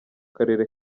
karere